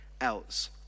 else